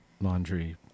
laundry